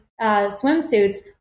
swimsuits